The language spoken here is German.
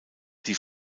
die